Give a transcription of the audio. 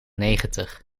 negentig